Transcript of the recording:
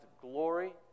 glory